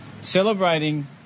celebrating